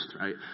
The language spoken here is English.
right